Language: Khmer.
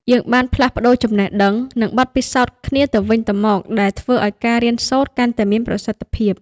យើងបានផ្លាស់ប្តូរចំណេះដឹង និងបទពិសោធន៍គ្នាទៅវិញទៅមកដែលធ្វើឲ្យការរៀនសូត្រកាន់តែមានប្រសិទ្ធភាព។